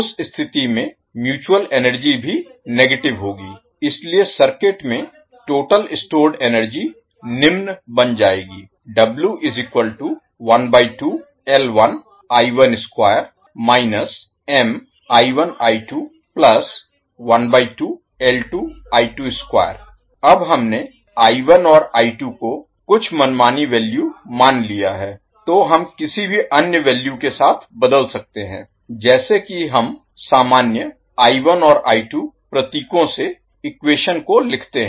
उस स्थिति में म्यूचुअल एनर्जी भी नेगेटिव होगी इसलिए सर्किट में टोटल स्टोर्ड एनर्जी निम्न बन जाएगी अब हमने और कुछ मनमानी वैल्यू मान लिया है तो हम किसी भी अन्य वैल्यू के साथ बदल सकते हैं जैसे कि हम सामान्य और प्रतीकों से इक्वेशन को लिखते हैं